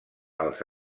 als